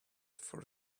for